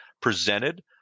presented